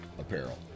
apparel